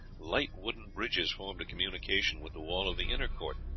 light wooden bridges formed a communication with the wall of the inner court,